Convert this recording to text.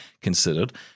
considered